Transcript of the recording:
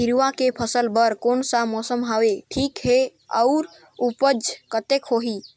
हिरवा के फसल बर कोन सा मौसम हवे ठीक हे अउर ऊपज कतेक होही?